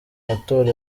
matora